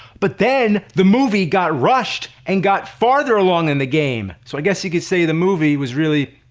but then, the movie got rushed and got farther along in the game. so i guess you could say, the movie was really.